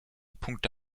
punkte